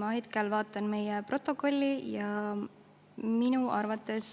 Ma hetkel vaatan meie protokolli ning minu arvates